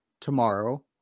tomorrow